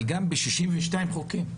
אבל גם ב-62 חוקים,